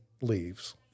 leaves